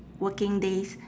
working days